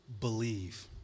believe